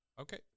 Okay